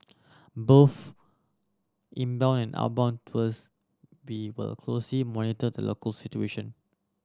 both inbound and outbound tours we will closely monitor the local situation